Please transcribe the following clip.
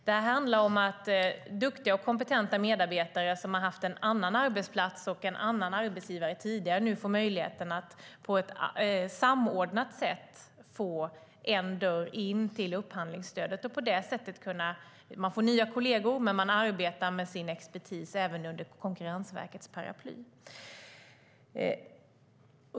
Det handlar om att duktiga och kompetenta medarbetare som har haft en annan arbetsplats och en annan arbetsgivare tidigare nu på ett samordnat sätt får en dörr in till upphandlingsstödet. Man får nya kolleger men arbetar med sin expertis även under Konkurrensverkets paraply.